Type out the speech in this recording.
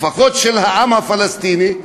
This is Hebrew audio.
לפחות של העם הפלסטיני,